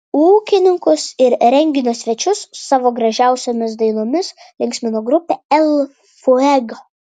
ūkininkus ir renginio svečius savo gražiausiomis dainomis linksmino grupė el fuego